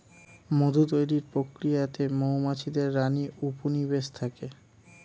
মধু তৈরির প্রক্রিয়াতে মৌমাছিদের রানী উপনিবেশে থাকে